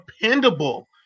Dependable